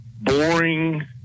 boring